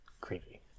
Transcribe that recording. creepy